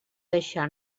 deixar